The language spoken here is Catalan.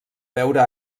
beure